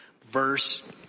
verse